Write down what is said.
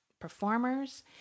performers